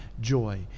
joy